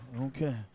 okay